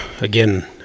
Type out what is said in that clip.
again